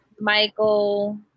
Michael